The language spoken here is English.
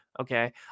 okay